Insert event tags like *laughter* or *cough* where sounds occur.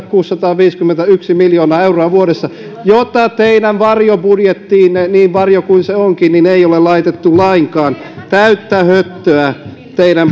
*unintelligible* kuusisataaviisikymmentäyksi miljoonaa euroa vuodessa jota teidän varjobudjettiinne niin varjo kuin se onkin ei ole laitettu lainkaan täyttä höttöä teidän *unintelligible*